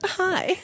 hi